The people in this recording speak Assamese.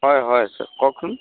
হয় হয় কওকচোন